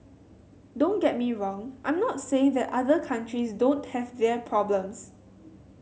don't get me wrong I'm not saying that other countries don't have their problems